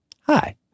hi